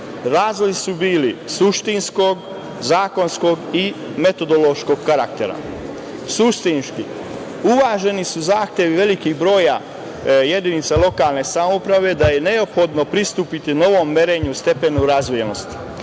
Razlozi su bili suštinskog, zakonskog i metodološkog karaktera. Suštinski uvaženi su zahtevi velikog broja jedinica lokalne samouprave da je neophodno pristupiti novom merenju stepena razvijenosti,